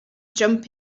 jump